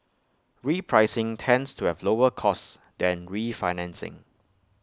repricing tends to have lower costs than refinancing